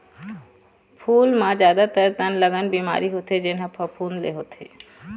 फूल म जादातर तनगलन बिमारी होथे जेन ह फफूंद ले होथे